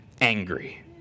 angry